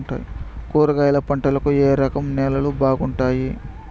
కూరగాయల పంటలకు ఏ రకం నేలలు బాగుంటాయి?